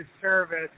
service